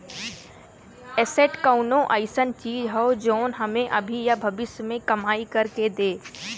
asset कउनो अइसन चीज हौ जौन हमें अभी या भविष्य में कमाई कर के दे